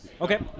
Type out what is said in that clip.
Okay